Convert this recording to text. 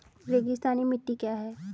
रेगिस्तानी मिट्टी क्या है?